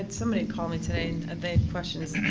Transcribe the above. and somebody called me today and they had questions.